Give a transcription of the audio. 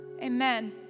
amen